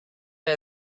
are